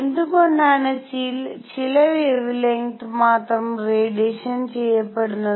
എന്തുകൊണ്ടാണ് ചില വെവെലെങ്ത് മാത്രം റേഡിയേഷൻ ചെയ്യപ്പെടുന്നത്